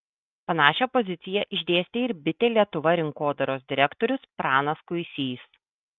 panašią poziciją išdėstė ir bitė lietuva rinkodaros direktorius pranas kuisys